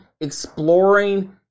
exploring